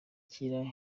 kigeze